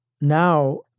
now